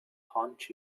haunt